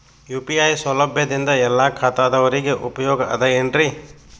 UPI ಸೌಲಭ್ಯದಿಂದ ಎಲ್ಲಾ ಖಾತಾದಾವರಿಗ ಉಪಯೋಗ ಅದ ಏನ್ರಿ?